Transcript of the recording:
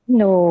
no